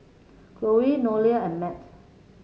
Chloe Nolia and Matt